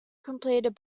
completed